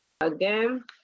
again